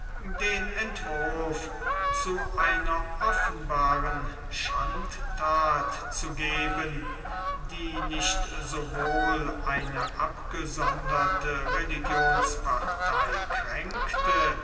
den entwurf zu einer offenbaren schandthat zu geben die nicht sowohl eine abgesonderte religionspartei kränkte